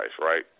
right